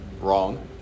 Wrong